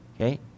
okay